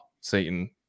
satan